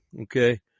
Okay